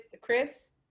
Chris